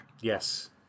Yes